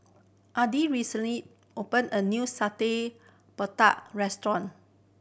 Addie recently open a new satay restaurant